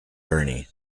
burney